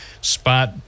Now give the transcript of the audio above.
spot